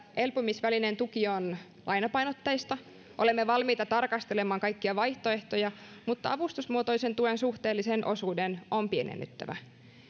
elpymisvälineen tuki on lainapainotteista olemme valmiita tarkastelemaan kaikkia vaihtoehtoja mutta avustusmuotoisen tuen suhteellisen osuuden on pienennyttävä